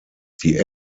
die